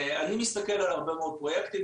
אני מסתכל על הרבה מאוד פרויקטים,